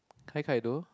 kai kai though